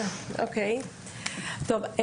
קודם כול,